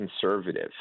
conservative